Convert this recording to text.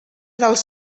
dels